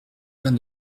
plein